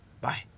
Bye